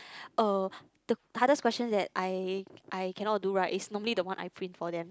uh the hardest question that I I cannot do right is normally the one I print for them